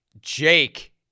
Jake